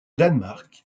danemark